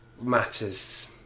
matters